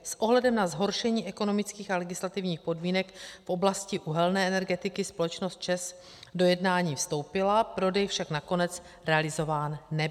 S ohledem na zhoršení ekonomických a legislativních podmínek v oblasti uhelné energetiky společnost ČEZ do jednání vstoupila, prodej však nakonec realizován nebyl.